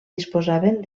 disposaven